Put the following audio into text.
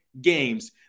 games